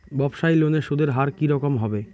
ব্যবসায়ী লোনে সুদের হার কি রকম হবে?